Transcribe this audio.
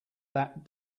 that